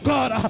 God